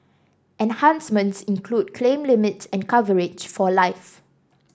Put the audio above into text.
enhancements include claim limits and coverage for life